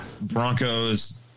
Broncos